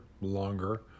longer